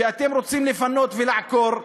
שאתם רוצים לפנות ולעקור,